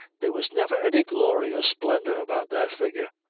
there was never any glory or splendour about that figure.